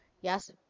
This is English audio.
Yes